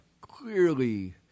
clearly